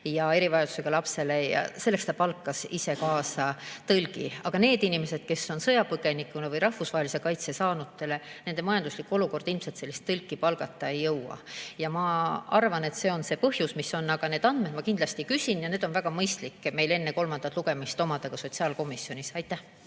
erivajadusega lapsega, ja selleks ta palkas ise kaasa tõlgi. Aga need inimesed, kes on sõjapõgenikud või rahvusvahelise kaitse saajad – nende majanduslik olukord ilmselt sellist tõlki palgata ei luba. Ma arvan, et see on põhjus. Aga need andmed ma kindlasti küsin ja neid on väga mõistlik meil enne kolmandat lugemist omada ka sotsiaalkomisjonis. Suur